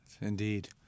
Indeed